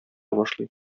башлый